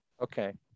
okay